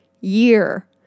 year